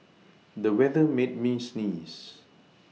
the weather made me sneeze